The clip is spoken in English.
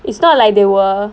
it's not like they were